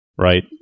right